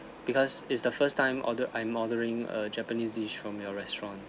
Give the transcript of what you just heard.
because it's the first time order I'm ordering err japanese dish from your restaurant